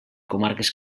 comarques